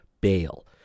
bail